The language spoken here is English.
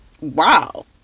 wow